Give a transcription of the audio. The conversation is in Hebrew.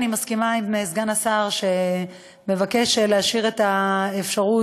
אני מסכימה עם סגן השר שמבקש להשאיר את האפשרות